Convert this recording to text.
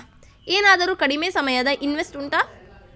ಏನಾದರೂ ಕಡಿಮೆ ಸಮಯದ ಇನ್ವೆಸ್ಟ್ ಉಂಟಾ